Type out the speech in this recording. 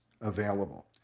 available